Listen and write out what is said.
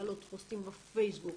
להעלות פוסטים בפייסבוק.